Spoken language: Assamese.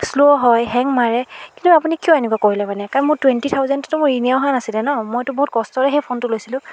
শ্ল' হয় হেং মাৰে কিন্তু আপুনি কিয় এনেকুৱা কৰিলে মানে কাৰণ মোৰ টুৱেন্টী থাওজেণ্ডটোতো মোৰ ইনেই অহা নাছিলে ন মইতো বহুত কষ্টৰেহে ফোনটো লৈছিলোঁ